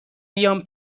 بیام